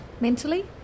mentally